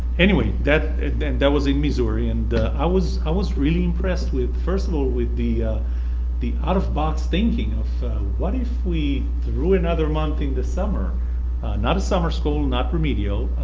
anyway and that was in missouri and i was i was really impressed with first of all with the the out of box thinking of what if we threw another month in the summer not a summer school. not remedial.